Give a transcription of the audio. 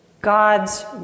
God's